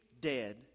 dead